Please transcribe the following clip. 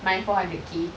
my four hundred K